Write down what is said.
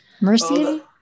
Mercy